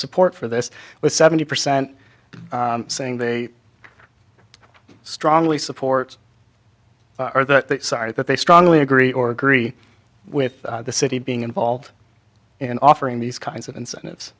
support for this with seventy percent saying they strongly support or the side that they strongly agree or agree with the city being involved in offering these kinds of incentive